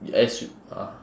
ah